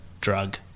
drug